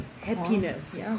Happiness